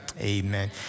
Amen